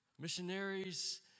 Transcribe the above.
Missionaries